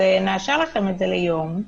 אז נאשר לכם את זה ליום,